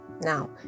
Now